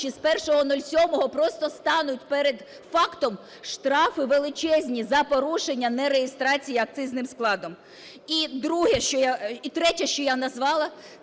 з 01.07 просто стануть перед фактом: штрафи величезні за порушення нереєстрації акцизним складом. І друге, що я… і третє,